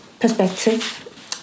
perspective